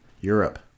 Europe